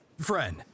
friend